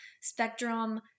Spectrum